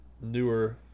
Newer